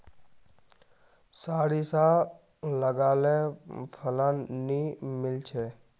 सारिसा लगाले फलान नि मीलचे?